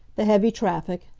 the heavy traffic,